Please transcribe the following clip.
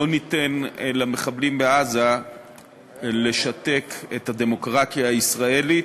לא ניתן למחבלים בעזה לשתק את הדמוקרטיה הישראלית.